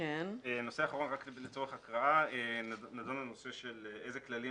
רק לצורך הקראה, נדון הנושא של אילו כללים